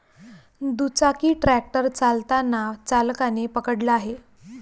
दुचाकी ट्रॅक्टर चालताना चालकाने पकडला आहे